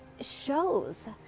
shows